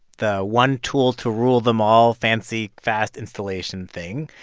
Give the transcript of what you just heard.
the one tool to rule them all, fancy, fast installation thing,